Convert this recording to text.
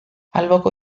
alboko